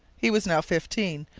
he was now fifteen,